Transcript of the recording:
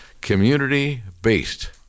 community-based